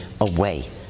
away